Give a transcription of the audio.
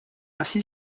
ainsi